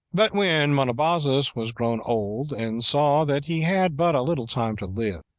but when monobazus was grown old, and saw that he had but a little time to live,